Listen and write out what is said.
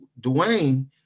Dwayne